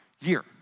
year